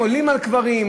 הם עולים על קברים,